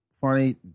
funny